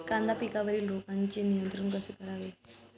कांदा पिकावरील रोगांचे नियंत्रण कसे करावे?